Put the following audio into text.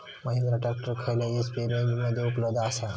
Mahindra tractor खयल्या HP रेंजमध्ये उपलब्ध आसा?